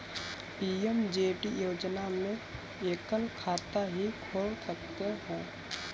PMJD योजना में एकल खाता ही खोल सकते है